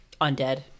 undead